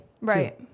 Right